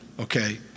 Okay